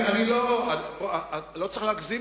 לא צריך להגזים,